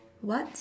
what